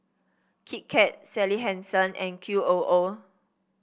Kit Kat Sally Hansen and Q O O